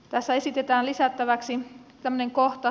tässä esitetään lisättäväksi tämmöinen kohta